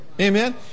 Amen